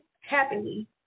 happily